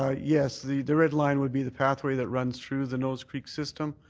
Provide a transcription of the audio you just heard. ah yes, the the red line would be the pathway that runs through the nose creek system.